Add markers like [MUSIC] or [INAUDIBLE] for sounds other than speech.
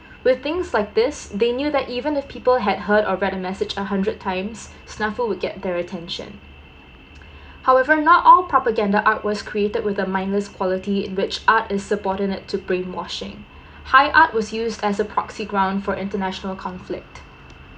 with things like this they knew that even if people had heard or read the message a hundred times snafu will get their attention [NOISE] [BREATH] however not all propaganda art was created with the mindless quality in which art is subordinate to bring more shame high art was used as proxy ground for international conflict